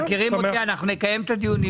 אתם מכירים אותי אנחנו נקיים את הדיונים,